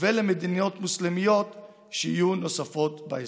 ולמדינות מוסלמיות נוספות שיהיו באזור.